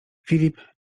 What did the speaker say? filip